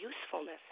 usefulness